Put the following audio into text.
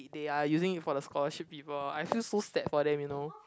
they are using it for the scholarship people I feel so sad for them you know